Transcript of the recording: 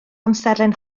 amserlen